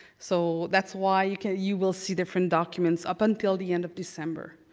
so that's why you you will see different documents up until the end of december.